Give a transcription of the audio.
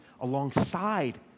alongside